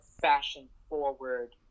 fashion-forward